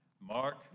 Mark